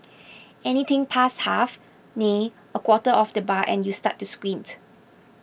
anything past half nay a quarter of the bar and you start to squint